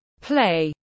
play